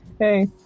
Hey